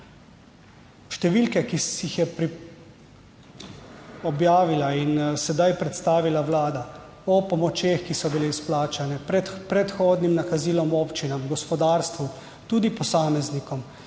Številke, ki si jih je objavila in sedaj predstavila Vlada o pomočeh, ki so bile izplačane pred predhodnim nakazilom občinam, gospodarstvu, tudi posameznikom,